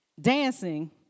dancing